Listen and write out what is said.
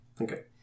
okay